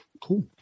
Cool